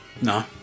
No